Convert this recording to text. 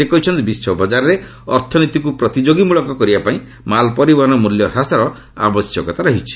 ସେ କହିଛନ୍ତି ବିଶ୍ୱ ବଜାରରେ ଅର୍ଥନୀତିକୁ ପ୍ରତିଯୋଗୀ ମୂଳକ କରିବା ପାଇଁ ମାଲପରିବହନ ମୂଲ୍ୟ ହ୍ରାସର ଆବଶ୍ୟକତା ରହିଛି